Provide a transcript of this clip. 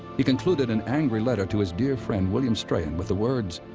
he concluded an angry letter to his dear friend william strahan with the words